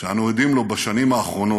שאנו עדים לו בשנים האחרונות